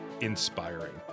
inspiring